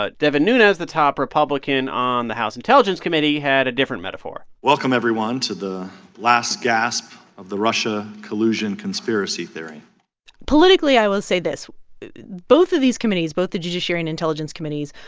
ah devin nunes, the top republican on the house intelligence committee, had a different metaphor welcome, everyone, to the last gasp of the russia collusion conspiracy theory politically, i will say this both of these committees, both the judiciary and intelligence committees,